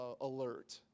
alert